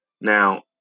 Now